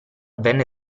venne